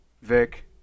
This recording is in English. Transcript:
Vic